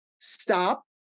stop